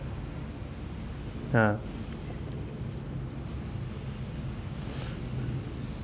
uh